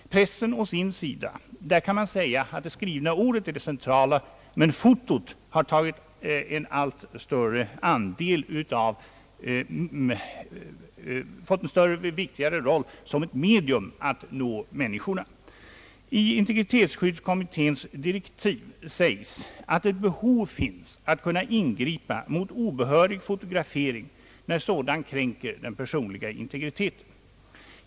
Beträffande pressen kan man säga att det skrivna ordet är det centrala, men fotot har fått en större och viktigare roll som ett medium att nå människorna. I integritetsskyddskommitteéns direktiv sägs att ett behov finns att kunna ingripa mot obehörig fotografering, när sådan kränker den personliga integriteten.